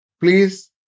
Please